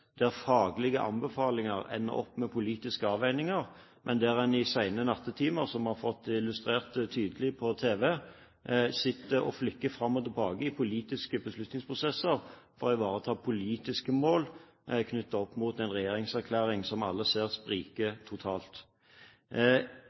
der faglige anbefalinger ender opp med politiske avveininger, men der en i sene nattetimer, som vi har fått illustrert tydelig på tv, sitter og flikker fram og tilbake i politiske beslutningsprosesser for å ivareta politiske mål knyttet opp mot en erklæring som alle ser spriker